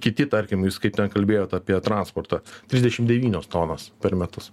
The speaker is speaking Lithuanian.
kiti tarkim jūs kaip ten kalbėjot apie transportą trisdešim devynios tonos per metus